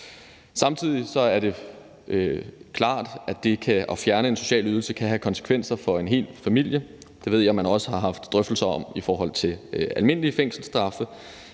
Samtidig er det klart, at det at fjerne en social ydelse kan have konsekvenser for en hel familie. Det ved jeg man også har haft drøftelser om i forhold til almindelige fængselsstraffe.